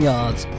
Yards